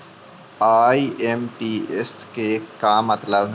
IMPS के कि मतलब है?